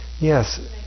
Yes